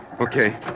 okay